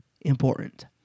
important